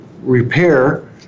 repair